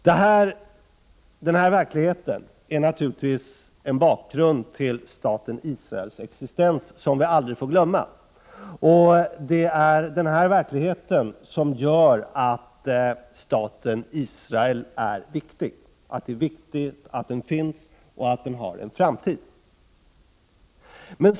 Den här verkligheten är naturligtvis en bakgrund till staten Israels existens som vi aldrig får glömma. Det är denna verklighet som gör att staten Israel är viktig — det är viktigt att den finns och har en framtid.